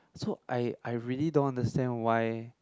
so I I really don't understand why